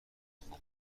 خوام